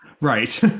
Right